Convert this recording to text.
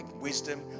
wisdom